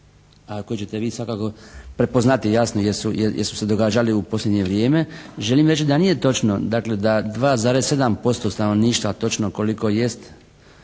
koje ćete vi svakako prepoznati jasno jer su se događali u posljednje vrijeme, želim reći da nije točno dakle da 2,7% stanovništva točno koliko jest